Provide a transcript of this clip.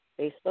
Facebook